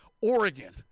Oregon